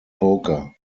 poker